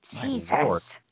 Jesus